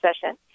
session